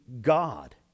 God